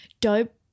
Dope